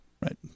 Right